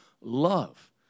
love